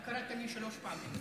אתה קראת לי שלוש פעמים.